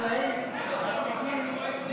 זה לא סתם.